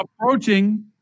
approaching